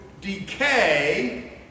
decay